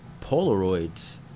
Polaroids